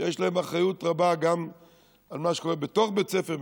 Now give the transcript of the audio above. שיש להם אחריות רבה גם על מה שקורה בתוך בית הספר,